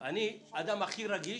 אני האדם הכי רגיש,